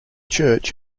church